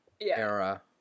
era